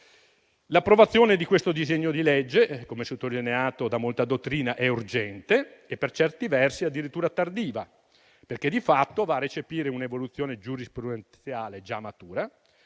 L'approvazione di questo disegno di legge, come sottolineato da molta dottrina, è urgente e, per certi versi, addirittura tardiva, perché di fatto va a recepire un'evoluzione giurisprudenziale già matura,